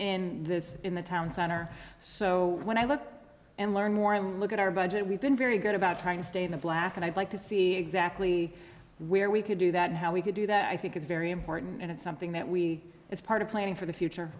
in this in the town center so when i look and learn more and look at our budget we've been very good about trying to stay in the black and i'd like to see exactly where we can do that and how we can do that i think it's very important and it's something that we as part of planning for the future